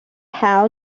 how